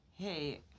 Hey